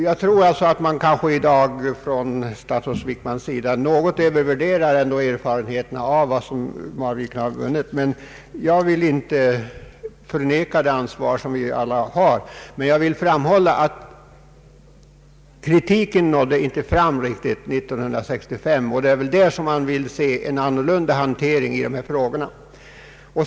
Jag tror alltså att statsrådet Wickman något övervärderar de erfarenheter man vunnit med Marviken. Jag vill inte förneka det ansvar vi alla har, men jag vill framhålla att kritiken inte nådde fram till oss 1963 och det är där man vill se en annan hantering i de här frågorna i framtiden.